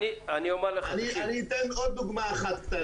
אני אתן עוד דוגמה אחת קטנה.